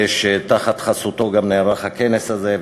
שתחת חסותו גם נערך הכנס הזה,